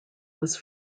was